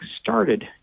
started